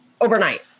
overnight